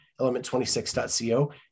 element26.co